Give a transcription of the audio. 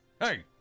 hey